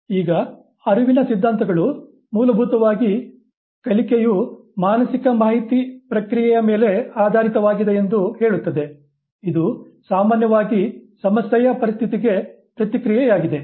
ಈಗ ಅರಿವಿನ ಸಿದ್ಧಾಂತಗಳು ಮೂಲಭೂತವಾಗಿ ಕಲಿಕೆಯು ಮಾನಸಿಕ ಮಾಹಿತಿ ಪ್ರಕ್ರಿಯೆಯ ಮೇಲೆ ಆಧಾರಿತವಾಗಿದೆ ಎಂದು ಹೇಳುತ್ತದೆ ಇದು ಸಾಮಾನ್ಯವಾಗಿ ಸಮಸ್ಯೆಯ ಪರಿಸ್ಥಿತಿಗೆ ಪ್ರತಿಕ್ರಿಯೆಯಾಗಿದೆ